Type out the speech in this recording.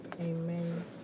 Amen